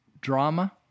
drama